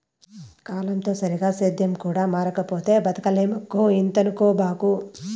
కాలంతో సరిగా సేద్యం కూడా మారకపోతే బతకలేమక్కో ఇంతనుకోబాకు